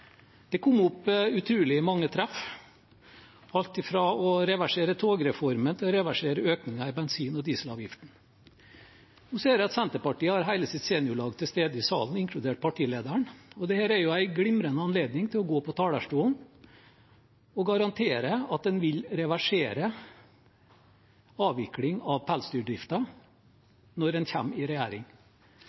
det kom opp utrolig mange treff, alt fra å reversere togreformen til å reversere økningen i bensin- og dieselavgiften. Nå ser jeg at Senterpartiet har hele sitt seniorlag til stede i salen, inkludert partilederen, og dette er jo en glimrende anledning til å gå på talerstolen og garantere at en vil reversere avviklingen av pelsdyrdriften når en kommer i regjering.